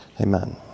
Amen